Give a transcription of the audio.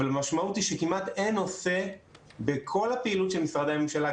אבל המשמעות היא שכמעט אין נושא בכל הפעילות של משרדי הממשלה,